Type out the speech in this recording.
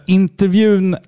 intervjun